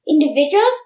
individuals